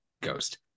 ghost